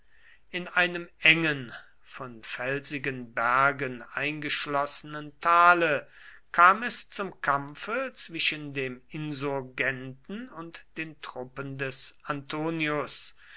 in einem engen von felsigen bergen eingeschlossenen tale kam es zum kampfe zwischen den insurgenten und den truppen des antonius